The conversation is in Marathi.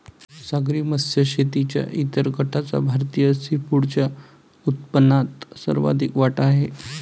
सागरी मत्स्य शेतीच्या इतर गटाचा भारतीय सीफूडच्या उत्पन्नात सर्वाधिक वाटा आहे